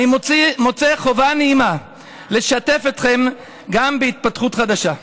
אני מוצא חובה נעימה לשתף אתכם גם בהתפתחות חדשה.